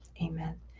amen